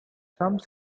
some